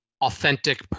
authentic